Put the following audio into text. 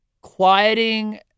quieting